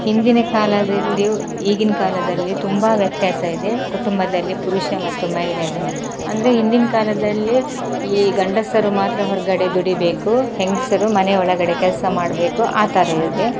ಹಿಂದಿನ ಕಾಲದಲ್ಲಿ ಈಗಿನ ಕಾಲದಲ್ಲು ತುಂಬ ವ್ಯತ್ಯಾಸವಿದೆ ಕುಟುಂಬದಲ್ಲಿ ಪುರುಷ ಮತ್ತು ಮಹಿಳೆಯರ್ಗೆ ಅಂದರೆ ಹಿಂದಿನ ಕಾಲದಲ್ಲಿ ಈ ಗಂಡಸರು ಮಾತ್ರ ಹೊರಗಡೆ ದುಡಿಬೇಕು ಹೆಂಗಸರು ಮನೆ ಒಳಗಡೆ ಕೆಲಸ ಮಾಡಬೇಕು ಆ ಥರ ಇದೆ